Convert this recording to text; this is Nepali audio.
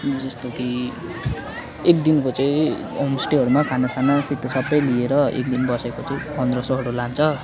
जस्तो कि एक दिनको चाहिँ होमस्टेहरूमा खानासानासित सबै लिएर एकदिन बसेको चाहिँ पन्ध्र सयहरू लान्छ